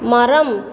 மரம்